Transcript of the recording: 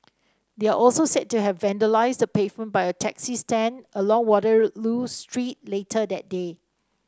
they are also said to have vandalised the pavement by a taxi stand along Waterloo Street later that day